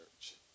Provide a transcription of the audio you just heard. church